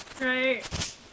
Right